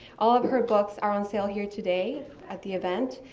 all of her books are on sale here today at the event,